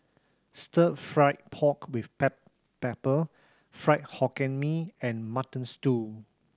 Stir Fry pork with pepper Fried Hokkien Mee and Mutton Stew